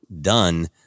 done